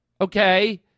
Okay